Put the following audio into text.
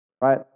right